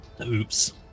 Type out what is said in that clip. Oops